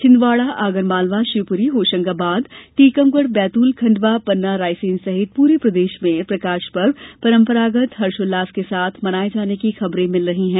छिंदवाड़ा आगरमालवा शिवपुरी होशंगाबाद टीकमगढ़ बैतूल खंडवा पन्ना रायसेन सहित पूरे प्रदेश में प्रकाश पर्व परम्परागत हर्षोल्लास के साथ मनाये जाने की खबरें मिल रही हैं